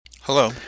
Hello